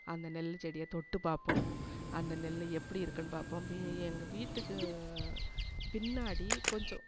அந்த நெல்லுச்செடியை தொட்டு பார்ப்போம் அந்த நெல் எப்படி இருக்குன்னு பார்ப்போம் பி எங்கள் வீட்டுக்கு பின்னாடி கொஞ்சம்